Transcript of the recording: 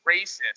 racist